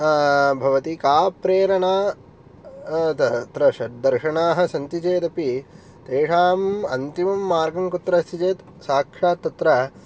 भवति का प्रेरणा तत्र षड्दर्शणाः सन्ति चेदपि तेषाम् अन्तिमं मार्गं कुत्र अस्ति चेत् साक्षात् तत्र